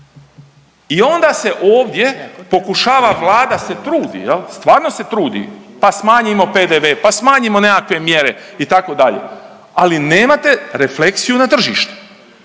I onda se ovdje pokušava se Vlada trudi, stvarno se trudi pa smanjimo PDV, pa smanjimo nekakve mjere itd., ali nemate refleksiju na tržištu.